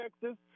Texas